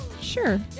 Sure